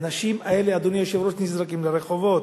והאנשים האלה, אדוני היושב-ראש, נזרקים לרחובות.